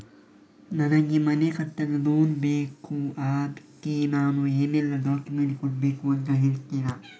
ನನಗೆ ಮನೆ ಕಟ್ಟಲು ಲೋನ್ ಬೇಕು ಅದ್ಕೆ ನಾನು ಏನೆಲ್ಲ ಡಾಕ್ಯುಮೆಂಟ್ ಕೊಡ್ಬೇಕು ಅಂತ ಹೇಳ್ತೀರಾ?